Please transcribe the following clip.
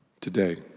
Today